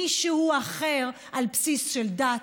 מישהו אחר על בסיס של דת,